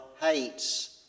hates